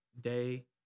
day